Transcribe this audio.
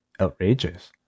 outrageous